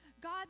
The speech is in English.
God